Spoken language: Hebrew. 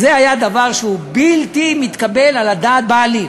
זה היה דבר בלתי מתקבל על הדעת בעליל.